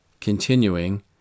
Continuing